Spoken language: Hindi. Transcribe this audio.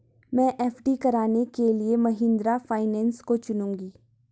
मैं एफ.डी कराने के लिए महिंद्रा फाइनेंस को चुनूंगी